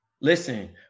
listen